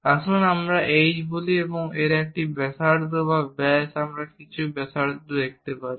আসুন আমরা H বলি এবং এই একটি ব্যাসার্ধ বা ব্যাস আমরা কিছু ব্যাসার্ধ দেখাতে পারি